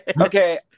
Okay